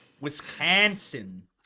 Wisconsin